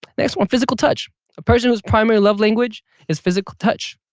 next one, physical touch. a person whose primary love language is physical touch.